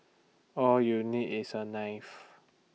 all you need is A knife